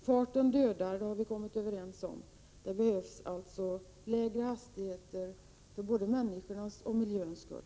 Farten dödar, det är vi överens om. Det behövs alltså lägre hastigheter, både för människornas och för miljöns skull.